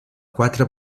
quatre